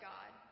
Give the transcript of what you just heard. God